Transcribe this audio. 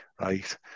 right